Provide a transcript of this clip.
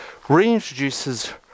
reintroduces